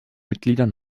mitglieder